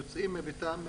יוצאים מביתם,